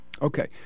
Okay